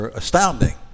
astounding